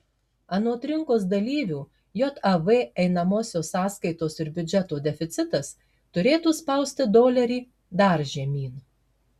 anot rinkos dalyvių jav einamosios sąskaitos ir biudžeto deficitas turėtų spausti dolerį dar žemyn